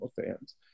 fans